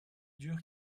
dur